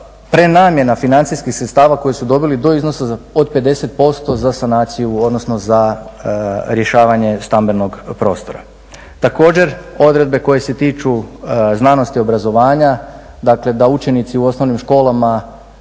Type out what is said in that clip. prenamjena financijskih sredstava koje su dobili do iznosa od 50% za sanaciju, odnosno za rješavanje stambenog prostora. Također, odredbe koje se tiču znanosti, obrazovanja, dakle da učenici u osnovnim školama